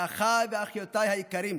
לאחיי ואחיותיי היקרים,